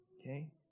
Okay